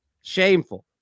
shameful